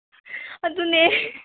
ꯑꯗꯨꯅꯦ